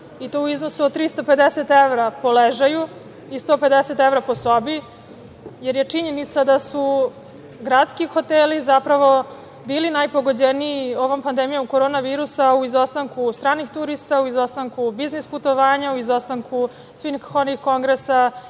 i to u iznosu od 350 evra po ležaju i 150 evra po sobi, jer je činjenica da su gradski hoteli zapravo bili najpogođeniji ovom pandemijom korona virusa u izostanku stranih turista, u izostanku biznis putovanja, u izostanku svih onih kongresa